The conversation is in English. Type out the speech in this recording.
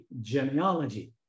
genealogy